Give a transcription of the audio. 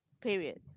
period